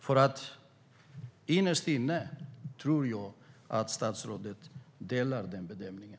Men innerst inne tror jag att statsrådet delar bedömningen.